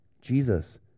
Jesus